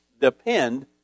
depend